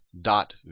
dot